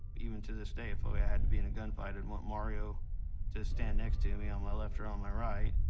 even to this day, if i had to be in a gunfight, i'd want mario to stand next to me on my left or on my right.